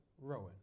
Rowan